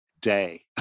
day